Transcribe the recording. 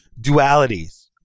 dualities